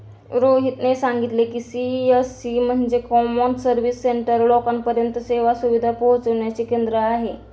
रोहितने सांगितले की, सी.एस.सी म्हणजे कॉमन सर्व्हिस सेंटर हे लोकांपर्यंत सेवा सुविधा पोहचविण्याचे केंद्र आहे